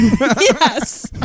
Yes